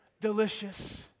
Delicious